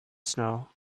snow